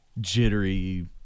jittery